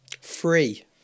free